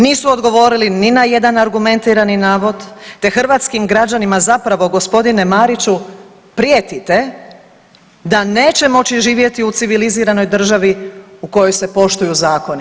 Nisu odgovorili ni na jedan argumentirani navod, te hrvatskih građanima zapravo g. Mariću prijetite da neće moći živjeti u civiliziranoj državi u kojoj se poštuju zakoni.